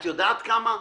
את יודעת כמה?